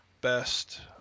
best